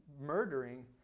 murdering